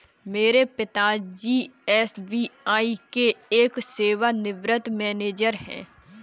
मेरे पिता जी एस.बी.आई के एक सेवानिवृत मैनेजर है